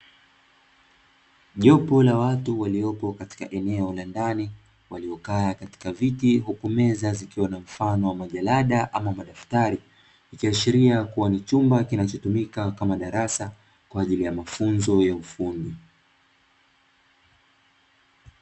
Jopo la watu waliopo katika eneo la ndani waliokaa katika viti huku meza zikiwa na mfano wa majalada ama madaftari, ikiashiria kua ni chumba kinachotumika kama darasa kwa ajili ya mafunzo ya ufundi.